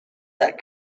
that